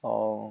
oh